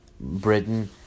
Britain